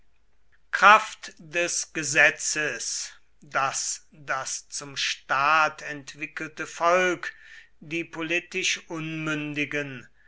kraft des gesetzes daß das zum staat entwickelte volk die politisch unmündigen